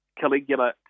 Caligula